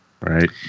Right